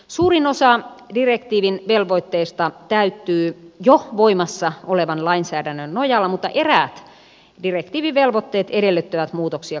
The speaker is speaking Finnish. suurin osa direktiivin velvoitteista täyttyy jo voimassa olevan lainsäädännön nojalla mutta eräät direktiivivelvoitteet edellyttävät muutoksia kansalliseen lainsäädäntöön